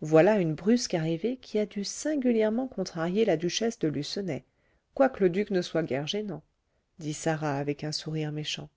voilà une brusque arrivée qui a dû singulièrement contrarier la duchesse de lucenay quoique le duc ne soit guère gênant dit sarah avec un sourire méchant